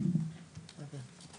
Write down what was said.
(מקרינה שקף, שכותרתו: